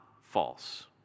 false